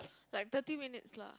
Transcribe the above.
like thirty minutes lah